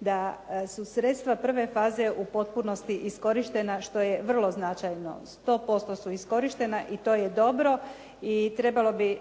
da su sredstva prve faze u potpunosti iskorištena, što je vrlo značajno, 100% su iskorištena i to je dobro i trebalo bi